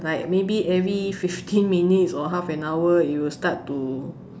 like maybe every fifteen minutes or half an hour it will start to